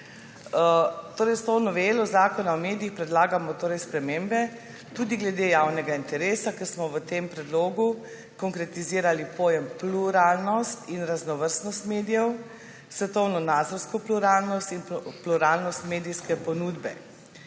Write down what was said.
S to novelo Zakona o medijih predlagamo spremembe tudi glede javnega interesa, ker smo v tem predlogu konkretizirali pojem pluralnost in raznovrstnost medijev, svetovnonazorsko pluralnost in pluralnost medijske ponudbe.